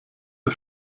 der